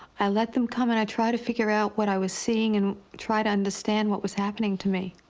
i let them come, and i tried to figure out what i was seeing and try to understand what was happening to me.